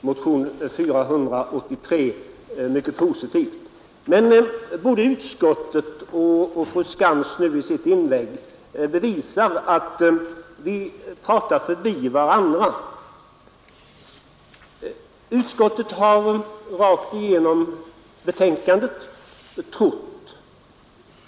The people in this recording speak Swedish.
motion nr 483 mycket positivt, men såväl utskottets skrivning som fru Skantz" inlägg bevisar att vi pratar förbi varandra. Utskottet har rakt igenom betänkandet bara trott.